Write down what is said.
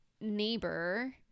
neighbor